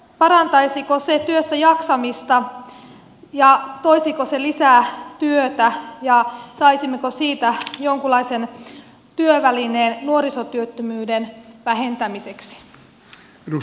parantaisiko se työssäjaksamista toisiko se lisää työtä ja saisimmeko siitä jonkunlaisen työvälineen nuorisotyöttömyyden vähentämiseksi